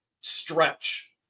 stretch